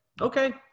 okay